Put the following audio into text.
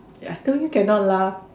I told you cannot laugh